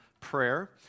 Prayer